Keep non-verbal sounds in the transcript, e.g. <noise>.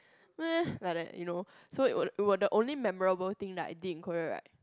<noise> like that you know so it were we were the only memorable thing I did in Korea right